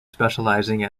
specialising